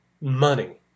money